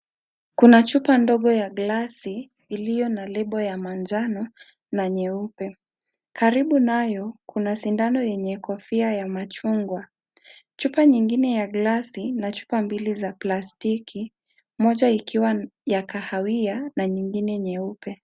Kuna chupa ndogo ya glasi iliyo na lebo ya manjano na nyeupe. Karibu nayo kuna sindano yenye kofia ya machungwa, chupa nyingine ya glasi na chupa nyingi za plastiki moja ikiwa ya kahawia nyingine nyeupe.